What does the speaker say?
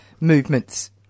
movements